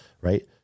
right